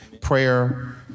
prayer